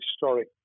historic